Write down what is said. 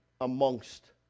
amongst